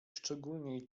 szczególniej